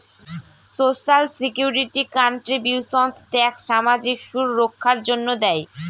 social security contributions tax সামাজিক সুররক্ষার জন্য দেয়